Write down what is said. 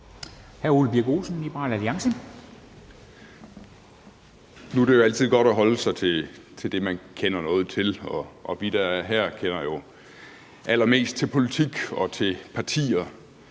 Nu er det jo altid godt at holde sig til det, man kender noget til, og vi, der er her, kender jo allermest til politik og til partier,